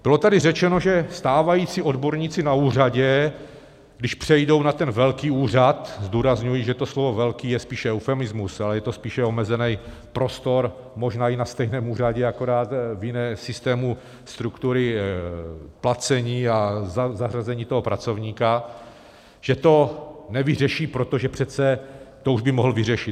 Bylo tady řečeno, že stávající odborníci na úřadě, když přejdou na ten velký úřad, zdůrazňuji, že to slovo velký je spíše eufemismus, ale je to spíše omezený prostor, možná i na stejném úřadě, akorát v jiném systému struktury placení a zařazení toho pracovníka, že to nevyřeší, protože přece to už by mohl vyřešit.